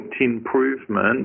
improvement